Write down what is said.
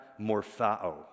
morphao